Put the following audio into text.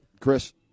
chris